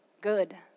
good